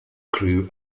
crew